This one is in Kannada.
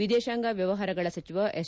ವಿದೇಶಾಂಗ ವ್ಲವಹಾರಗಳ ಸಚಿವ ಎಸ್